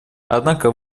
однако